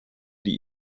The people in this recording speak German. die